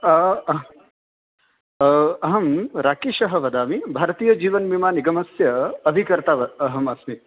अहं राकेशः वदामि भारतीयजीवनबीमानिगमस्य अधिकर्ता अहम् अस्मि